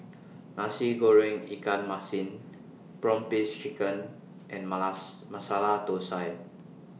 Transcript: Nasi Goreng Ikan Masin Prawn Paste Chicken and Masala Thosai